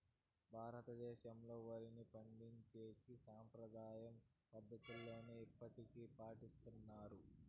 భారతదేశంలో, వరిని పండించేకి సాంప్రదాయ పద్ధతులనే ఇప్పటికీ పాటిస్తన్నారు